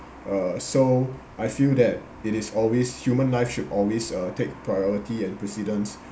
uh so I feel that it is always human life should always uh take priority and precedent